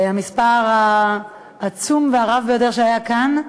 המספר העצום והרב ביותר שהיה כאן.